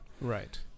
right